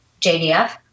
JDF